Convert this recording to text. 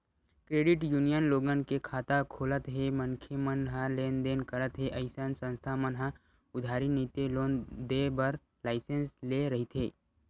credit union लोगन के खाता खोलत हे मनखे मन ह लेन देन करत हे अइसन संस्था मन ह उधारी नइते लोन देय बर लाइसेंस लेय रहिथे